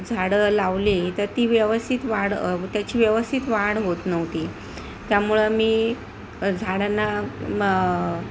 झाडं लावले तर ती व्यवस्थित वाढ त्याची व्यवस्थित वाढ होत नव्हती त्यामुळं मी झाडांना मग